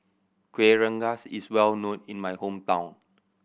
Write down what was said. Kueh Rengas is well known in my hometown